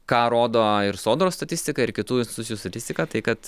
ką rodo ir sodros statistika ir kitų institucijų statistika tai kad